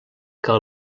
que